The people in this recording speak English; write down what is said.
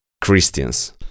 Christians